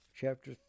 chapter